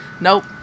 Nope